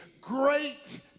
great